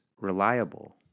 reliable